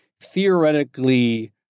theoretically